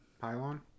Pylon